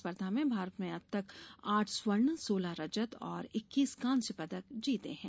स्पर्धा में भारत ने अब तक आठ स्वर्ण सोलह रजत और इक्कीस कांस्य पदक जीते हैं